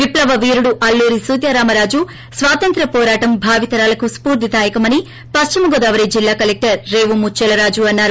విప్లవ వీరుడు అల్లూరి సీతారామరాజు స్వాతంత్ర్వ పోరాటం భావితరాలకు స్పూర్తి దాయకమని పశ్చిమగోదావరి జిల్లా కలెక్టర్ రేవుమత్యాలరాజీఅన్నారు